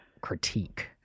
critique